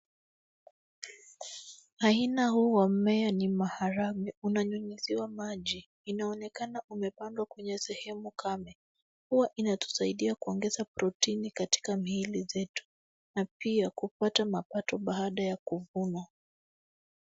Aina huu wa mmea ni maharagwe. Unanyunyuziwa maji. Inaonekana umepandwa kwenye sehemu kame. Huwa inatusaidia kuongeza protini katika mili zetu na pia kupata mapato baada ya kuvunwa.